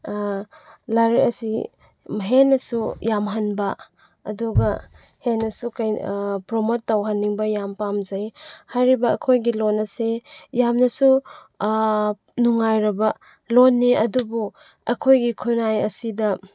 ꯂꯥꯏꯔꯤꯛ ꯑꯁꯤ ꯍꯦꯟꯅꯁꯨ ꯌꯥꯝꯍꯟꯕ ꯑꯗꯨꯒ ꯍꯦꯟꯅꯁꯨ ꯄ꯭ꯔꯣꯃꯣꯠ ꯇꯧꯍꯟꯅꯤꯡꯕ ꯌꯥꯝ ꯄꯥꯝꯖꯩ ꯍꯥꯏꯔꯤꯕ ꯑꯩꯈꯣꯏꯒꯤ ꯂꯣꯟ ꯑꯁꯤ ꯌꯥꯝꯅꯁꯨ ꯅꯨꯡꯉꯥꯏꯔꯕ ꯂꯣꯟꯅꯤ ꯑꯗꯨꯕꯨ ꯑꯩꯈꯣꯏꯒꯤ ꯈꯨꯟꯅꯥꯏ ꯑꯁꯤꯗ